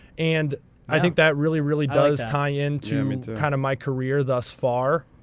and i think that really really does tie into um into kind of my career thus far.